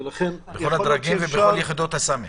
בכל הדרגים ובכל יחידות הסמך.